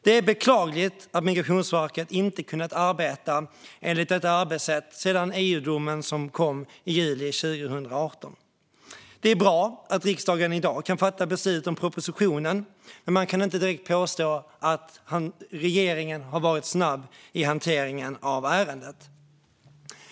Det är beklagligt att Migrationsverket inte har kunnat arbeta enligt detta arbetssätt sedan EU-domen kom i juli 2018. Det är bra att riksdagen i dag kan fatta beslut om propositionen. Men man kan inte direkt påstå att regeringen har varit snabb i hanteringen av ärendet.